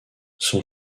son